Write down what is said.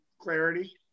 clarity